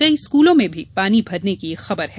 कई स्कूलों में भी पानी भरने की खबर है